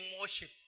worship